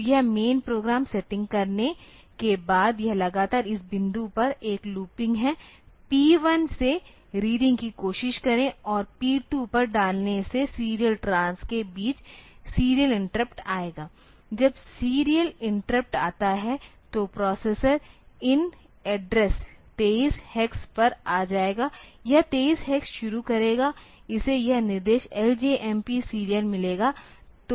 तो यह main program settings करने के बाद यह लगातार इस बिंदु पर एक लूपिंग है P1 से रीडिंग की कोशिश करें और P2 पर डालने से सीरियल ट्रांस के बीच सीरियल इंटरप्ट आएगा जब सीरियल इंटरप्ट आता है तो प्रोसेसर इन एड्रेस 23 हेक्स पर आ जाएगा यह 23 हेक्स शुरू करेगा इसे यह निर्देश LJMP सीरियल मिलेगा